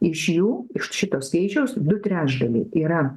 iš jų iš šito skaičiaus du trečdaliai yra